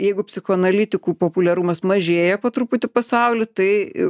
jeigu psichoanalitikų populiarumas mažėja po truputį pasauly tai